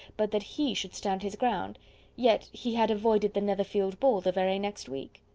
but that he should stand his ground yet he had avoided the netherfield ball the very next week.